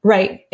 Right